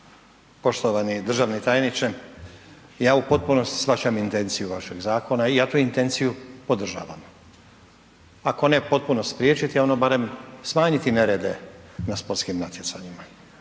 Poštovani državni tajniče. Ja u potpunosti shvaćam intenciju vašeg zakona i ja tu intenciju podržavam, ako ne potpuno spriječiti ono barem smanjiti nerede na sportskim natjecanjima.